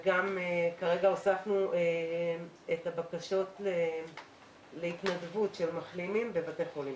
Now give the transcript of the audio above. כרגע הוספנו את הבקשות להתנדבות של מחלימים בבתי חולים.